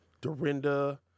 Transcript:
Dorinda